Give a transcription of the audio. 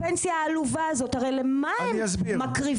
הפנסיה העלובה הזאת הרי למה הם מקריבים